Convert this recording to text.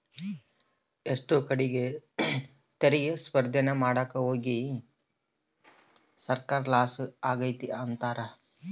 ಎಷ್ಟೋ ಕಡೀಗ್ ತೆರಿಗೆ ಸ್ಪರ್ದೇನ ಮಾಡಾಕೋಗಿ ಸರ್ಕಾರ ಲಾಸ ಆಗೆತೆ ಅಂಬ್ತಾರ